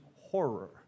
horror